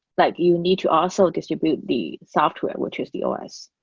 like you need to also distribute the software, which is the os.